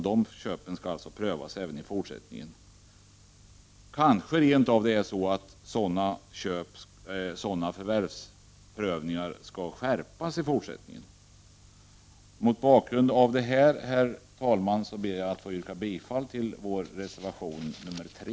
Sådana köp skall alltså prövas även i fortsättningen. Kanske det rent av är så att sådana förvärvsprövningar bör skärpas i fortsättningen. Herr talman! Mot bakgrund av detta ber jag att få yrka bifall till vår reservation 3.